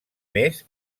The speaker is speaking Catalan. més